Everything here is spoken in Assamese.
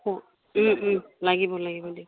অ ওম ওম লাগিব লাগিব দিয়ক